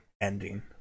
ending